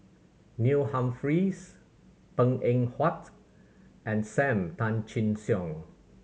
Neil Humphreys Png Eng Huat and Sam Tan Chin Siong